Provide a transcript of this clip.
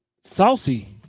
Saucy